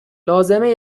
لازمه